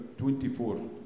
24